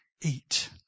eat